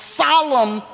solemn